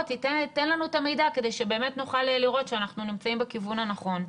תן לנו את המידע כדי שבאמת נוכל לראות שאנחנו נמצאים בכיוון הנכון.